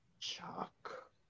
Chuck